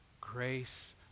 grace